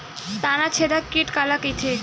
तनाछेदक कीट काला कइथे?